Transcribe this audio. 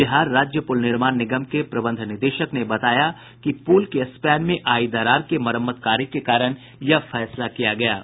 बिहार राज्य पुल निर्माण निगम के प्रबंध निदेशक ने बताया कि पुल के स्पैन में आई दरार के मरम्मत कार्य के कारण यह फैसला किया गया है